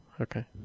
Okay